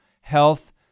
health